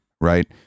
right